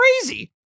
crazy